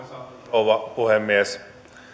rouva puhemies